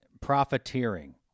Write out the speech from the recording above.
profiteering